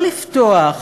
לא לפתוח,